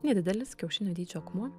nedidelis kiaušinio dydžio akmuo